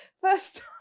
first